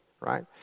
Right